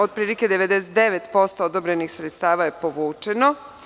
Otprilike 99% odobrenih sredstava je povučeno.